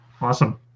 Awesome